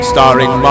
Starring